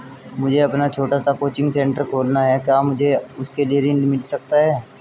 मुझे अपना छोटा सा कोचिंग सेंटर खोलना है क्या मुझे उसके लिए ऋण मिल सकता है?